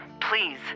Please